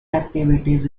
activities